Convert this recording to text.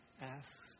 asks